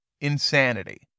insanity